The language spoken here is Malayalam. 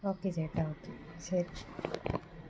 ഓക്കെ ചേട്ടാ ശരി